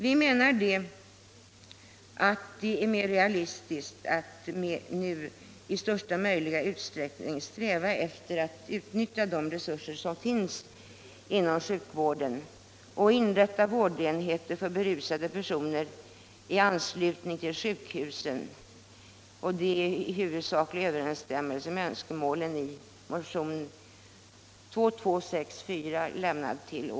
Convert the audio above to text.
Vi menar att det är mer realistiskt att nu i största möjliga utsträckning sträva efter att utnyttja de resurser som finns inom sjukvården och inrätta vårdenheter för berusade personer i anslutning till sjukhusen. Detta står i huvudsaklig överensstämmelse med önskemålen i motionen 2264.